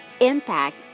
impact